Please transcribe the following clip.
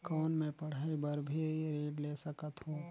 कौन मै पढ़ाई बर भी ऋण ले सकत हो?